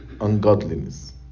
ungodliness